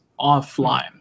offline